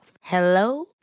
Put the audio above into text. Hello